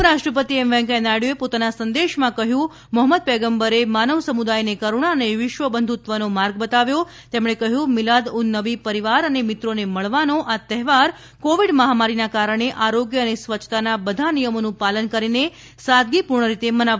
ઉપરરાષ્ટ્રપતિ વૈકૈયા નાયડુએ પોતાનાં સંદેશમાં કહ્યું છેકે મોહમ્મદ પયગંબરે માનવ સમુદાયને કરુણા અને વિશ્વ બંધુત્તવનો માર્ગ બતાવ્યો તેમણે કહ્યું કે મિલાદ ઉન નબી પરિવાર અને મિત્રોને મળવાનો આ તહેવાર કોવિડ મહામારીનાં કારણે આરોગ્ય અને સ્વચ્છતાનાં બધા નિયમોનું પાલન કરીને સાદગીપૂર્ણ રીતે મનાવવો જોઈએ